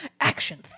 Action